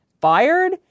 fired